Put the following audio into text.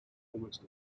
almost